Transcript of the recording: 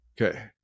Okay